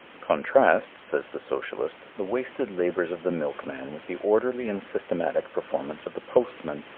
contrast, says the socialist, the wasted labors of the milkman with the orderly and systematic performance of the postman,